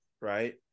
right